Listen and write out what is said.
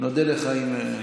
נודה לך אם,